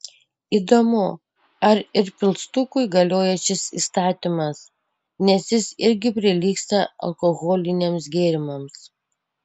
įdomu ar ir pilstukui galioja šis įstatymas nes jis irgi prilygsta alkoholiniams gėrimams